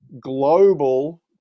global